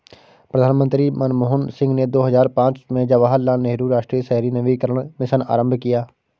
प्रधानमंत्री मनमोहन सिंह ने दो हजार पांच में जवाहरलाल नेहरू राष्ट्रीय शहरी नवीकरण मिशन आरंभ किया